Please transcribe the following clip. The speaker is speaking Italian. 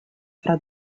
fra